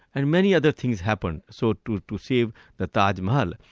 and many other things happened so to to save the taj mahal.